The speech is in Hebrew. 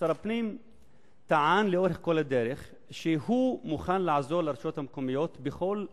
שר הפנים טען לאורך כל הדרך שהוא מוכן לעזור לרשויות המקומיות בכל הכוח,